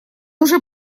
уже